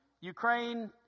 Ukraine